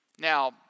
Now